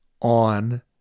on